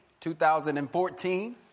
2014